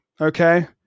Okay